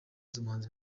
z’umuhanzi